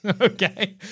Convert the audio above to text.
Okay